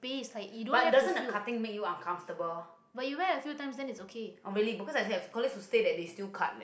base like you don't have to feel